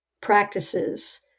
practices